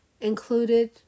included